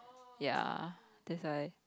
ya that's why